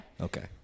okay